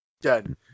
done